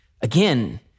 again